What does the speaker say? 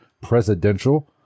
presidential